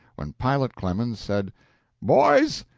when pilot clemens said boys,